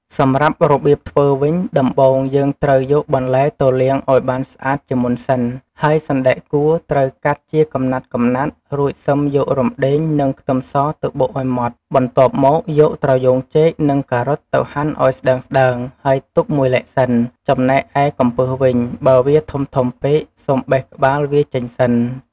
សម្រាប់របៀបធ្វើវិញ ដំបូងយើងត្រូវយកបន្លែទៅលាងឱ្យបានស្អាតជាមុនសិន ហើយសណ្ដែកគួរត្រូវកាត់ជាកំណាត់ៗ រួចសិមយករំដេង និងខ្ទឹមសទៅបុកឱ្យម៉ដ្តបន្ទាប់មកយកត្រយូងចេកនិងការ៉ុតទៅហាន់ឱ្យស្តើងៗ ហើយទុកមួយឡែកសិន ចំណែកឯកំពឹសវិញ បើវាធំៗពេក សូមបេះក្បាលវាចេញសិន។